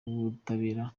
w’ubutabera